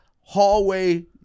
hallway